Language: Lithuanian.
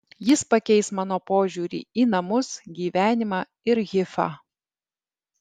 jis pakeis mano požiūrį į namus gyvenimą ir hifą